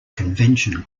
convention